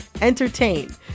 entertain